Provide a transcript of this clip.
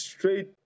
Straight